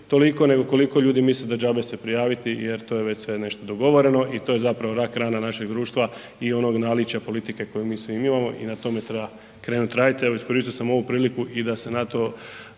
toliko nego koliko ljudi misle da džabe se prijaviti jer to je već sve nešto dogovoreno i to je zapravo rak rana našega društva i onog naličja politike koje mi svi imamo i na tome treba krenuti raditi. Evo iskoristio sam ovu priliku i da se na to